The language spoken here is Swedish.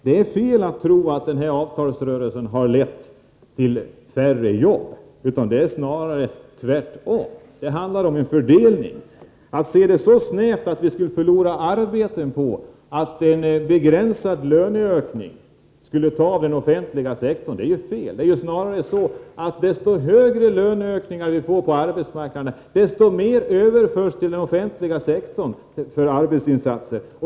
Det är fel att tro att denna avtalsrörelse har lett till färre jobb — det är snarare tvärtom. Det handlar om en fördelning. Det är fel att se det så snävt som att vi skulle förlora arbetstillfällen genom att en begränsad löneökning skulle ta av den offentliga sektorn. Det är snarare så att ju högre löneökningar vi får på arbetsmarknaden, desto mer överförs till den offentliga sektorn för arbetsinsatser.